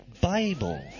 Bible